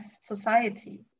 society